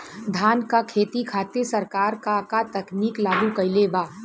धान क खेती खातिर सरकार का का तकनीक लागू कईले बा?